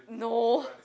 no